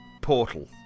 Portal